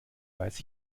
weiß